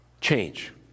change